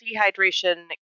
dehydration